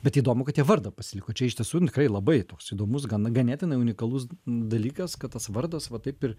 bet įdomu kad jie vardą pasiliko čia iš tiesų tikrai labai toks įdomus gan ganėtinai unikalus dalykas kad tas vardas va taip ir